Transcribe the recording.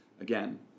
Again